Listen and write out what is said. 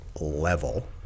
level